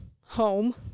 home